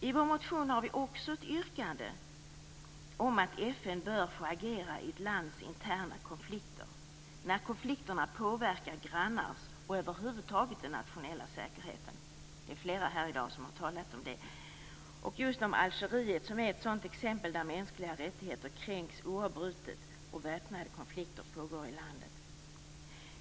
I vår motion har vi också ett yrkande om att FN bör få agera i ett lands interna konflikter när konflikterna påverkar grannars säkerhet och den nationella säkerheten över huvud taget. Det är flera här i dag som har talat om det, och just om Algeriet, som är ett exempel på ett land där mänskliga rättigheter kränks oavbrutet och väpnade konflikter pågår.